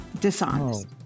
Dishonest